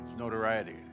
notoriety